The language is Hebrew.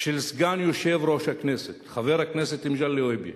של סגן יושב-ראש הכנסת, חבר הכנסת מגלי והבה,